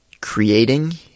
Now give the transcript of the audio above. creating